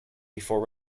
before